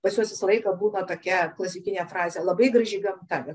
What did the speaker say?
pas juos visą laiką būna tokia klasikinė frazė labai graži gamta